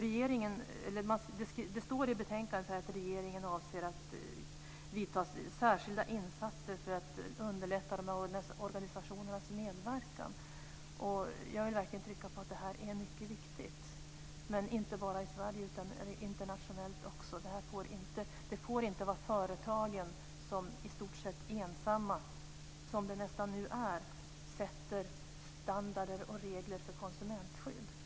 Det står i betänkandet att regeringen avser att vidta särskilda åtgärder för att underlätta dessa organisationers medverkan. Jag vill verkligen betona att detta är mycket viktigt, inte bara i Sverige utan också internationellt. Det får inte vara förtagen som i stort sett ensamma - som det nu nästan är - fastställer standard och regler för konsumentskydd.